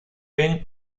ven